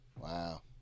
Wow